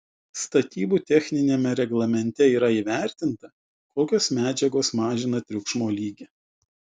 statybų techniniame reglamente yra įvertinta kokios medžiagos mažina triukšmo lygį